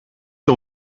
que